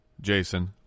Jason